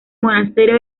monasterio